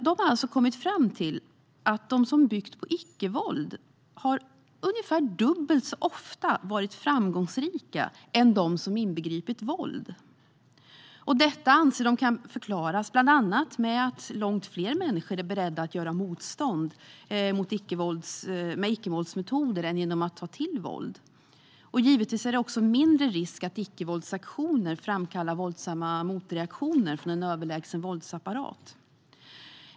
De har kommit fram till att de som byggt på icke-våld har varit ungefär dubbelt så framgångsrika som de som inbegripit våld. De anser att detta kan förklaras bland annat med att långt fler människor är beredda att göra motstånd med icke-våldsmetoder än genom att ta till våld. Givetvis är det också mindre risk att icke-våldsaktioner framkallar våldsamma motreaktioner från en överlägsen våldsapparat.